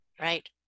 Right